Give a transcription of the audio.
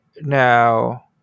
Now